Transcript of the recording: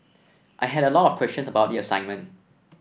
I had a lot of questions about the assignment